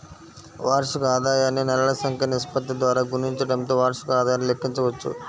వార్షిక ఆదాయాన్ని నెలల సంఖ్య నిష్పత్తి ద్వారా గుణించడంతో వార్షిక ఆదాయాన్ని లెక్కించవచ్చు